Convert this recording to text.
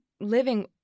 living